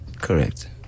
Correct